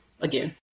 again